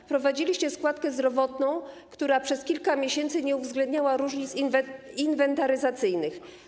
Wprowadziliście składkę zdrowotną, która przez kilka miesięcy nie uwzględniała różnic inwentaryzacyjnych.